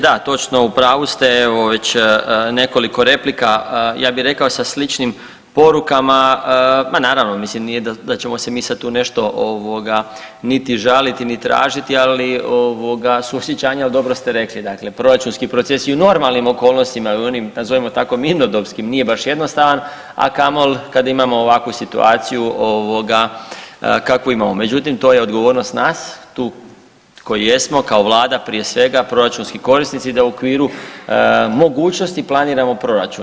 Da, točno, u pravu ste, evo već nekoliko replika ja bi rekao sa sličnim porukama, ma naravno mislim nije da ćemo se mi sad tu nešto ovoga niti žaliti, ni tražiti, ali ovoga suosjećanja dobro ste rekli, dakle proračunski procesi i u normalnim okolnostima i u onim nazovimo tako mirnodobskim nije baš jednostavan, a kamoli kad imamo ovakvu situaciji ovoga kakvu imamo, međutim to je odgovornost nas tu koji jesmo kao vlada prije svega, proračunski korisnici, da u okviru mogućnosti planiramo proračun.